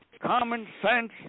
common-sense